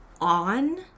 on